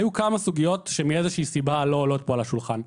היו כמה סוגיות שבגלל איזושהי סיבה לא עולות כאן על השולחן.